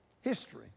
history